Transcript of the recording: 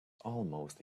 almost